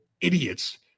idiots